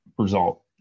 result